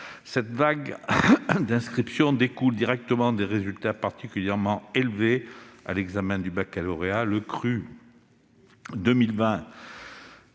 Cette vague d'inscriptions découle directement des résultats particulièrement élevés à l'examen du baccalauréat. Le cru 2020